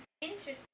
Interesting